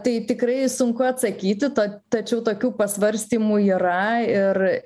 tai tikrai sunku atsakyti tačiau tokių pasvarstymų yra ir